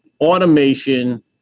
automation